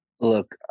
Look